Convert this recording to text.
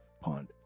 pond